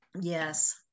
Yes